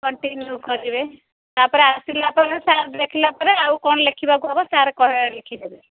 continue କରିବେ ତାପରେ ଆସିଲା ପରେ ସାର୍ ଦେଖିଲା ପରେ ଆଉ କ'ଣ ଲେଖିବାକୁ ହବ ସାର୍ କହି ଲେଖିଦେବେ